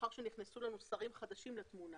לאחר שנכנסו לנו שרים חדשים לתמונה,